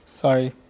Sorry